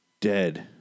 dead